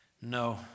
No